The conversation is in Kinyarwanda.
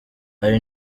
hari